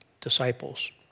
disciples